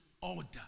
Order